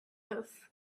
this